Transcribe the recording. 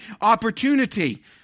opportunity